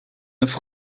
neuf